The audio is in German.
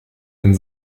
den